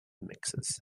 mixes